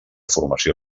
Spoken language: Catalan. formació